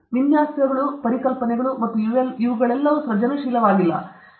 ವಿನ್ಯಾಸಗಳು ಪರಿಕಲ್ಪನೆಗಳು ಮತ್ತು ಇವುಗಳೆಲ್ಲವೂ ಸೃಜನಶೀಲವಾಗಿಲ್ಲ ಏಕೆ